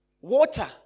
water